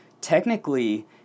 technically